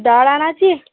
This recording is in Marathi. डाळ आणायची